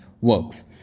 works